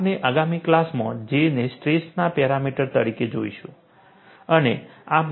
આપણે આગામી ક્લાસમાં J ને સ્ટ્રેસના પેરામીટર તરીકે જોશું